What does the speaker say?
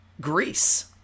Greece